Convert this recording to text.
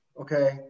Okay